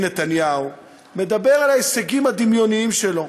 נתניהו מדבר על ההישגים הדמיוניים שלו,